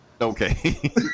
Okay